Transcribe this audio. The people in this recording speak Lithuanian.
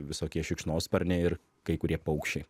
visokie šikšnosparniai ir kai kurie paukščiai